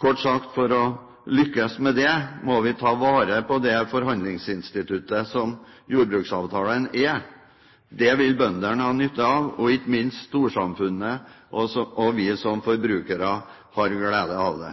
Kort sagt: For å lykkes med det må vi ta vare på det forhandlingsinstituttet som jordbruksavtalen er. Det vil bøndene ha nytte av, og ikke minst har storsamfunnet og vi som forbrukere glede av det.